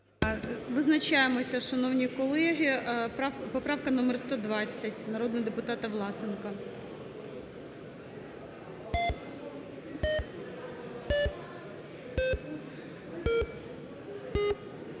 Визначаємося, шановні колеги. Поправка номер 120, народного депутата Власенка.